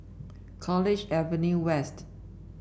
College Avenue West